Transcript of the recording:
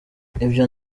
ibyo